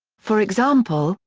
for example,